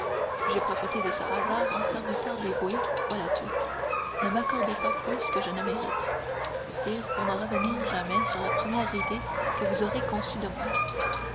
j'ai profité de ce hasard en serviteur dévoué voilà tout ne m'accordez pas plus que je ne mérite sire pour ne revenir jamais sur la première idée que vous aurez conçue de moi